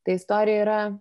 ta istorija yra